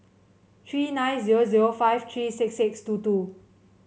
three nine zero zero five three six six two two